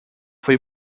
foi